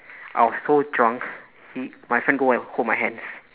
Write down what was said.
I was so drunk he my friend go and hold my hands